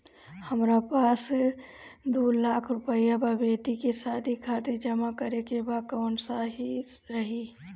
हमरा पास दू लाख रुपया बा बेटी के शादी खातिर जमा करे के बा कवन सही रही?